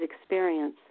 experience